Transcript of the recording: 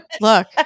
Look